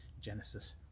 Genesis